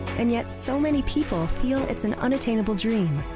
and yet so many people feel it's an unattainable dream.